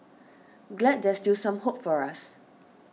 glad there's still some hope for us